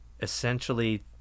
essentially